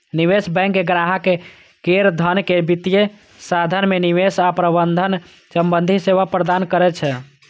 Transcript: निवेश बैंक ग्राहक केर धन के वित्तीय साधन मे निवेश आ प्रबंधन संबंधी सेवा प्रदान करै छै